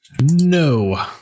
No